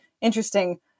interesting